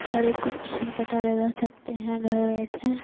सारे कुछ हम पता लगा सकते हैं घर बैठे